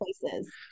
places